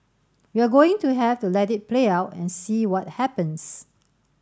we're going to have to let it play out and see what happens